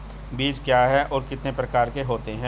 बीज क्या है और कितने प्रकार के होते हैं?